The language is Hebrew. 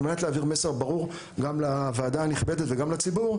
על מנת להעביר מסר מאוד ברור גם לוועדה הנכבדת וגם לציבור,